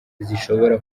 zishobora